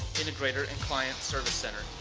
integrator, and client service center,